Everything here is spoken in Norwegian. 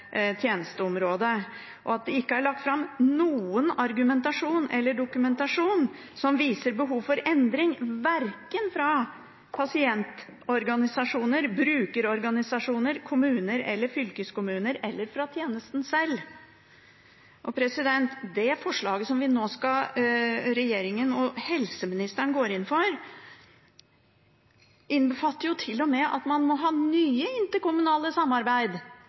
tjenesteområdet, og at det ikke er lagt fram noen argumentasjon eller dokumentasjon som viser behov for endring, verken fra pasientorganisasjoner, brukerorganisasjoner, kommuner eller fylkeskommuner eller fra tjenesten sjøl. Det forslaget som regjeringen og helseministeren nå går inn for, innbefatter til og med at man må ha nye interkommunale samarbeid